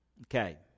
Okay